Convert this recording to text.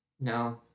No